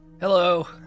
Hello